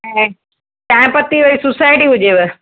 ऐं चांहि पती वरी सोसायटी हुजेव